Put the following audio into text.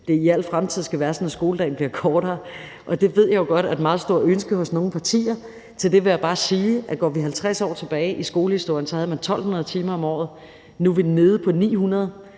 det i al fremtid skal være sådan, at skoledagen skal være kortere, og det ved jeg jo godt er et meget stort ønske hos nogle partier. Til det vil jeg bare sige, at går vi 50 år tilbage i skolehistorien, havde man 1.200 timer om året; nu er vi nede på 900